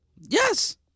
Yes